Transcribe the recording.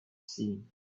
seen